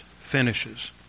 finishes